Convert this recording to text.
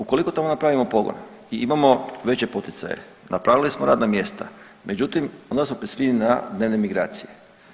Ukoliko tamo napravimo pogone i imamo veće poticaje, napravili smo radna mjesta međutim onda smo prisiljeni na dnevne migracije.